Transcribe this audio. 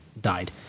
died